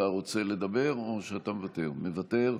מוותר,